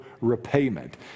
repayment